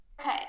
okay